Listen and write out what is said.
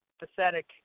pathetic